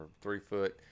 three-foot